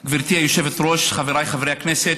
היושבת-ראש, חבריי חברי הכנסת,